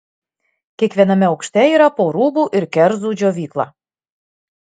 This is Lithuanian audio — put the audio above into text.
kiekviename aukšte yra po rūbų ir kerzų džiovyklą